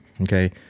okay